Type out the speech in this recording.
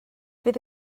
fydd